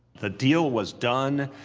the deal was done,